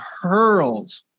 hurled